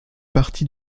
partie